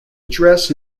address